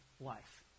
life